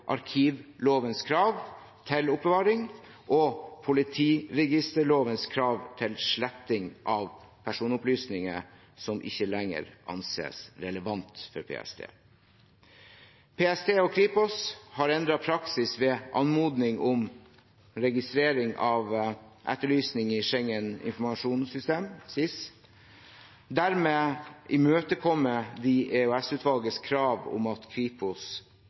arkivlovens krav til oppbevaring og politiregisterlovens krav til sletting av personopplysninger som ikke lenger anses relevante for PST. PST og Kripos har endret praksis ved anmodning om registrering av etterlysning i Schengen Informasjonssystem, SIS. Dermed imøtekommer de EOS-utvalgets krav om at Kripos